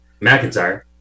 McIntyre